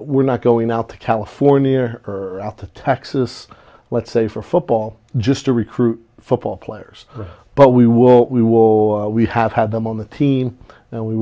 we're not going out to california or texas let's say for football just to recruit football players but we will we will we have had them on the team and we